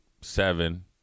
seven